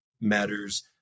matters